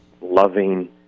loving